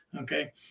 okay